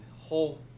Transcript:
whole